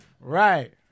Right